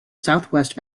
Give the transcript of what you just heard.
southwest